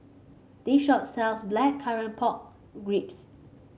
this shop sells Blackcurrant Pork Ribs